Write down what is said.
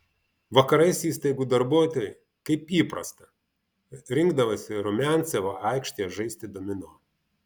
vakarais įstaigų darbuotojai kaip įprasta rinkdavosi rumiancevo aikštėje žaisti domino